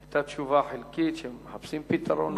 היתה תשובה חלקית, שמחפשים פתרון.